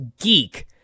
geek